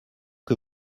que